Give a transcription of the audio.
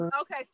okay